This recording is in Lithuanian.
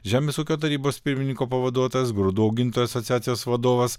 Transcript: žemės ūkio tarybos pirmininko pavaduotojas grūdų augintojų asociacijos vadovas